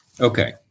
Okay